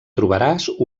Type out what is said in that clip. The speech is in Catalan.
trobaràs